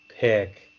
pick